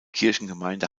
kirchengemeinde